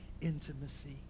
Intimacy